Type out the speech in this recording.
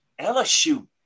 LSU